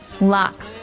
Lock